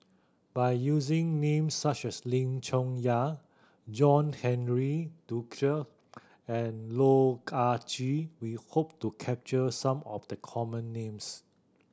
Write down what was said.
by using names such as Lim Chong Yah John Henry Duclo and Loh Ah Chee we hope to capture some of the common names